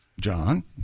John